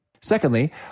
Secondly